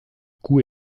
coup